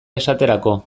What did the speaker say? esaterako